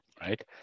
right